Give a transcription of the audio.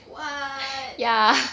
what